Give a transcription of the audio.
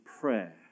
prayer